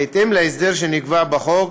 בהתאם להסדר שנקבע בחוק,